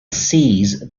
cease